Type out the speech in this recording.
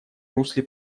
русле